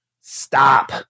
Stop